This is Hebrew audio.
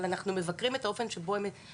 אבל אנחנו מבקרים את האופן שבו הם עושים את זה.